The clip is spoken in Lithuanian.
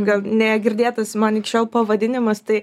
gal negirdėtas man iki šiol pavadinimas tai